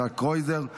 יצחק קרויזר,